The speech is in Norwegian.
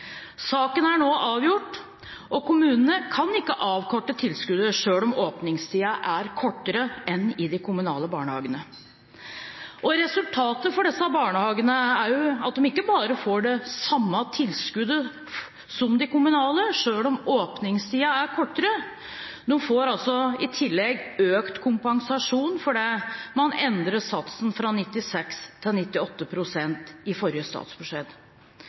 Saken er nå avgjort, og kommunene kan ikke avkorte tilskuddet selv om åpningstiden er kortere enn i de kommunale barnehagene. Resultatet for disse barnehagene er ikke bare at de får det samme tilskuddet som de kommunale, selv om åpningstiden er kortere, de får i tillegg økt kompensasjon fordi man endret satsen fra 96 pst. til 98 pst. i forrige statsbudsjett.